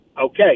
Okay